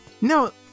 No